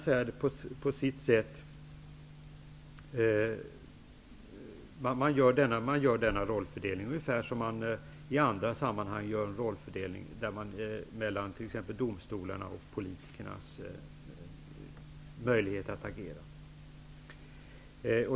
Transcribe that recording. Det är en rollfördelning ungefär på samma sätt som att man har en rollfördelning t.ex. mellan domstolarnas och politikernas möjligheter att agera.